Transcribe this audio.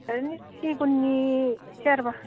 ओरैनो सिगुननि सियारब्ला